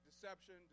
deception